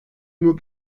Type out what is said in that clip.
nur